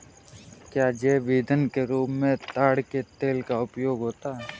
क्या जैव ईंधन के रूप में ताड़ के तेल का उपयोग होता है?